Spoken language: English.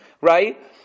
right